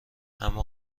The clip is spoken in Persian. اما